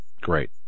Great